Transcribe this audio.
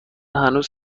هنوز